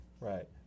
Right